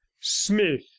smith